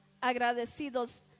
agradecidos